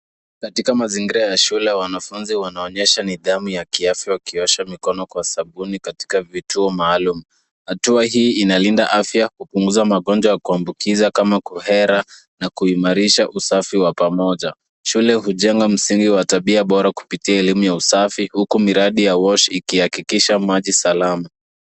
Katika mazingira ya shule wanafunzi wanaonyesha nidhamu ya kiafya wakiosha mikono kwa sabuni katika vituo maalum. Hatua hii inalinda afya, hupunguza magonjwa ya kuambukiza kama cholera , na kuimarisha usafi wa pamoja. Shule hujenga msingi wa tabia bora kupitia elimu ya usafi, huku miradi ya wash ikihakikisha maji salama.